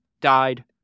died